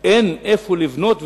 אין איפה לבנות,